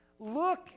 Look